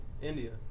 India